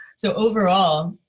so overall,